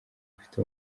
ufite